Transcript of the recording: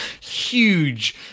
huge